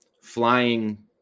flying